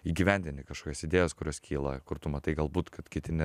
įgyvendinti kažkokias idėjas kurios kyla kur tu matai galbūt kad kiti ne